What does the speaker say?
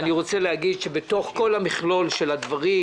אני רוצה להגיד שבתוך כל המכלול של הדברים